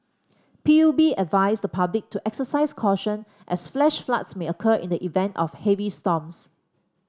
P U B advised the public to exercise caution as flash floods may occur in the event of heavy storms